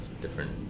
different